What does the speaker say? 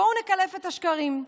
בואו נקלף את השקרים: